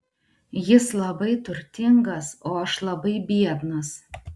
jis labai turtingas o aš labai biednas